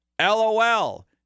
LOL